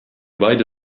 beide